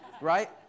Right